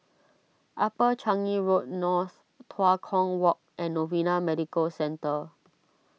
Upper Changi Road North Tua Kong Walk and Novena Medical Centre